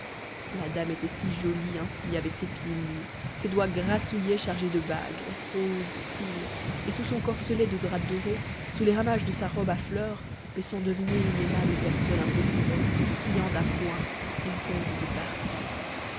la dame était si jolie ainsi avec ses pieds nus ses doigts grassouillets chargés de bagues rose fine et sous son corselet de drap doré sous les ramages de sa robe à fleurs laissant deviner une aimable personne un peu boulotte friande à point et ronde de partout